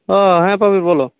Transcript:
ও হ্যাঁ বাপি বলো